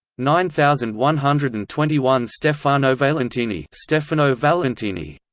nine thousand one hundred and twenty one stefanovalentini stefanovalentini